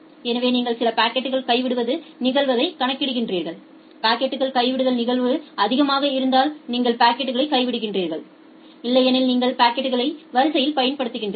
எனவே நீங்கள் சில பாக்கெட்கள் கைவிடுதல் நிகழ்தகவைக் கணக்கிடுகிறீர்கள் பாக்கெட்கள் கைவிடுதல் நிகழ்தகவு அதிகமாக இருந்தால் நீங்கள் பாக்கெட் கைவிடுகிறீர்கள் இல்லையெனில் நீங்கள் பாக்கெட்களை வரிசை படுத்துகிறீர்கள்